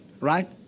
right